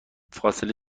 فاصله